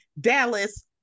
Dallas